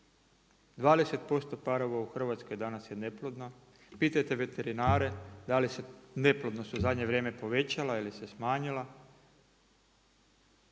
20% parova u Hrvatskoj danas je neplodno, pitajte veterinare, da li se neplodnost u zadnje vrijeme povećala ili se smanjila,